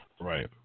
Right